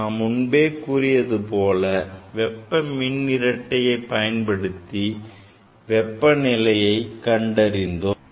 நான் முன்பே கூறியது போல வெப்ப மின் இரட்டையை பயன்படுத்தி வெப்பநிலையை கண்டறிந்தோம்